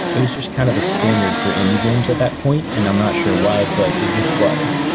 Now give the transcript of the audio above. it was just kind of a standard for indie games at that point, and i'm not sure why but it just was.